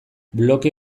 bloke